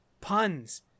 puns